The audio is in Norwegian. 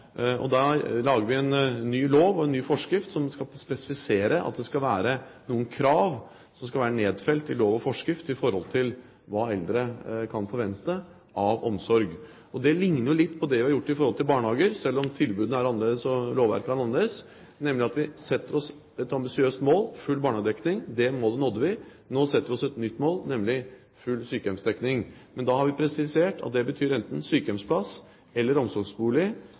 lager en ny lov og en ny forskrift som skal spesifisere noen krav som skal være nedfelt i lov og forskrift når det gjelder hva eldre kan forvente av omsorg. Det ligner jo på litt av det vi har gjort når det gjelder barnehager, selv om tilbudene og lovverket er annerledes, nemlig at vi satte oss et ambisiøst mål: full barnehagedekning. Det målet nådde vi. Nå setter vi oss et nytt mål, nemlig full sykehjemsdekning. Men da har vi presisert at det betyr enten sykehjemsplass eller omsorgsbolig